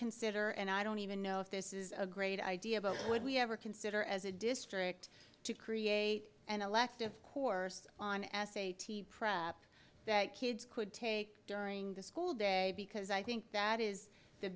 consider and i don't even know if this is a great idea but would we ever consider as a district to create an elective course on s a t prep that kids could take during the school day because i think that is the